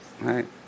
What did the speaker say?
right